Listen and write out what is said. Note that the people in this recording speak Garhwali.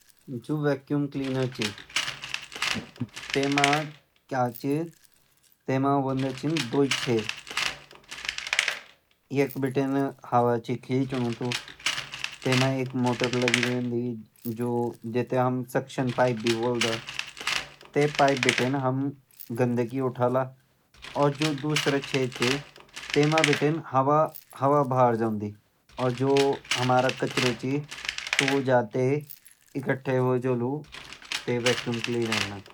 जु वैक्युम क्लीनर छ तै म क्या छ तै म होंद छ द्वी छेद। एक बटिन हवा छ खीचणू कु तै म एक मोटर लगी होंद जै थे हम सक्शन पाइप भी बोल्द तै पाइप बटिन हम गंदगी उठौला और जु दूसरा छेद छ तै म बटिन हवा बाहर जोंदी और जु हमारा कचरा छ सु जाते ही इकट्ठा होए जोली तै वैक्युम क्लीनर म।